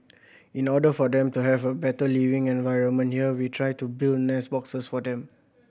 in order for them to have a better living environment here we try to build nest boxes for them